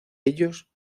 ellos